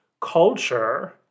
Culture